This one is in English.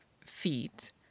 feet